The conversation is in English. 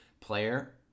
player